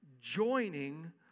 joining